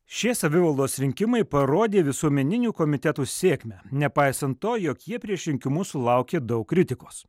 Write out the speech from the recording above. šie savivaldos rinkimai parodė visuomeninių komitetų sėkmę nepaisant to jog jie prieš rinkimus sulaukė daug kritikos